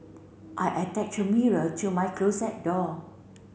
I attached a mirror to my closet door